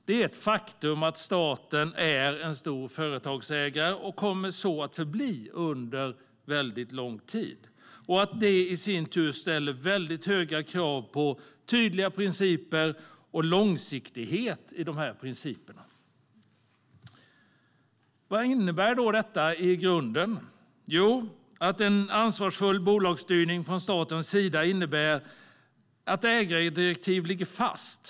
Det är ett faktum att staten är en stor företagsägare och så kommer att förbli under lång tid. Det ställer i sin tur höga krav på tydliga principer och långsiktighet i dessa principer. Vad innebär detta? Jo, en ansvarsfull bolagsstyrning från statens sida innebär att ägardirektiv ligger fast.